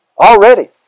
already